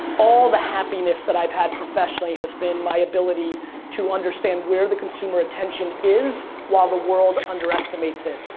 all the happiness that i've had professionally has been my ability to understand where the consumer attention is while the world underestimates it.